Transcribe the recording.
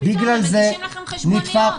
הם ימציאו לכם חשבוניות.